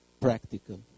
practical